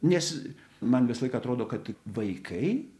nes man visą laiką atrodo kad vaikai